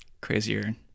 crazier